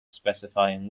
specifying